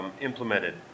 implemented